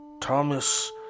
Thomas